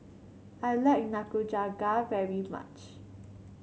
I like Nikujaga very much